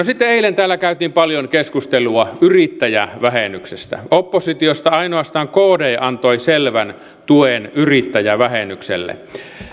sitten eilen täällä käytiin paljon keskustelua yrittäjävähennyksestä oppositiosta ainoastaan kd antoi selvän tuen yrittäjävähennykselle